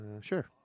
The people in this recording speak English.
Sure